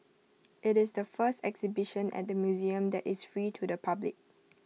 IT is the first exhibition at the museum that is free to the public